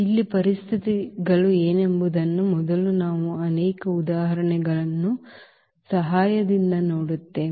ಇಲ್ಲಿ ಪರಿಸ್ಥಿತಿಗಳು ಏನೆಂಬುದನ್ನು ಮೊದಲು ನಾವು ಅನೇಕ ಉದಾಹರಣೆಗಳ ಸಹಾಯದಿಂದ ನೋಡುತ್ತೇವೆ